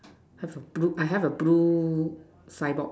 have a blue I have a blue signboard